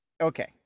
okay